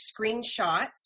screenshots